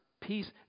peace